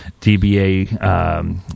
DBA-